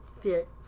fit